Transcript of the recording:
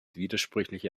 widersprüchliche